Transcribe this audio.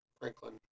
Franklin